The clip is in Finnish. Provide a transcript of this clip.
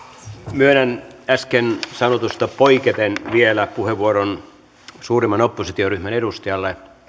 myönnän äsken sanotusta poiketen vielä puheenvuoron suurimman oppositioryhmän edustajalle